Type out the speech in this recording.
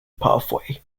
pathway